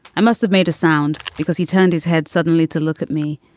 i must have made a sound, because he turned his head suddenly to look at me.